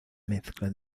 mezcla